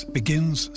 begins